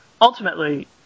Ultimately